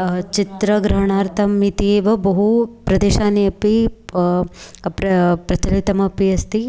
चित्रग्रहणार्थम् इति एव बहु प्रदेशानि अपि प्र प्रचलितमपि अस्ति